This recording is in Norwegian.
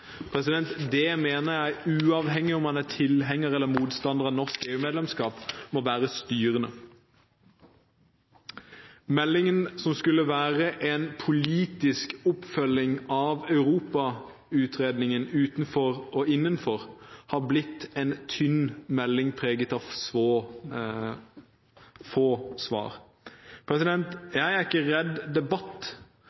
Det mener jeg, uavhengig av om man er tilhenger eller motstander av norsk EU-medlemskap, må være styrende. Meldingen som skulle være en politisk oppfølging av Europa-utredningen Utenfor og innenfor, har blitt en tynn melding, preget av få svar.